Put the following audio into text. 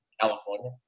California